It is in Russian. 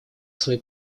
свои